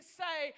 say